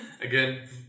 Again